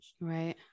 Right